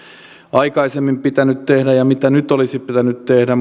aikaisemmin pitänyt tehdä ja mitä nyt olisi pitänyt tehdä